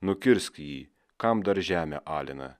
nukirsk jį kam dar žemę alina